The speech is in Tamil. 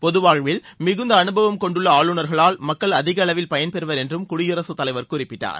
பொது வாழ்வில் மிகுந்த அனுபவம் கொண்டுள்ள ஆளுநர்களால் மக்கள் அதிகளவில் பயன்பெறுவர் என்றும் குடியரசுத் தலைவர் குறிப்பிட்டார்